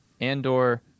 Andor